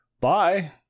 Bye